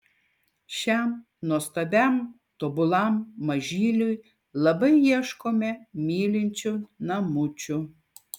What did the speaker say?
šiam nuostabiam tobulam mažyliui labai ieškome mylinčių namučių